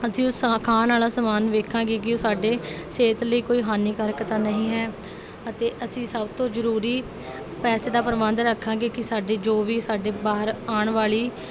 ਅਸੀਂ ਉਸ ਖਾਣ ਵਾਲਾ ਸਮਾਨ ਵੇਖਾਂਗੇ ਕਿ ਉਹ ਸਾਡੇ ਸਿਹਤ ਲਈ ਕੋਈ ਹਾਨੀਕਾਰਕ ਤਾਂ ਨਹੀਂ ਹੈ ਅਤੇ ਅਸੀਂ ਸਭ ਤੋਂ ਜ਼ਰੂਰੀ ਪੈਸੇ ਦਾ ਪ੍ਰਬੰਧ ਰੱਖਾਂਗੇ ਕਿ ਸਾਡੇ ਜੋ ਵੀ ਸਾਡੇ ਬਾਹਰ ਆਉਣ ਵਾਲੀ